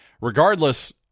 Regardless